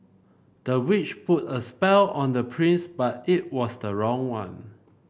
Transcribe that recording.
the witch put a spell on the prince but it was the wrong one